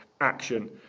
action